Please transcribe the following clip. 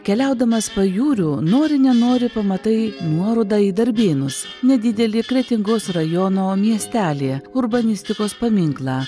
keliaudamas pajūriu nori nenori pamatai nuorodą į darbėnus nedidelį kretingos rajono miestelyje urbanistikos paminklą